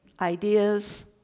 ideas